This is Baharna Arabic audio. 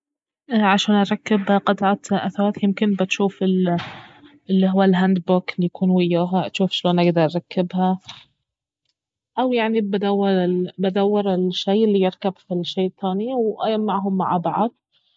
عشان اركب قطعة اثاث يمكن بجوف الي هو الهاند بوك الي يكون وياها اجوف شلون اقدر اركبها او يعني بدور الشي الي يركب في الشي الثاني وايمعهم مع بعض